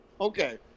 Okay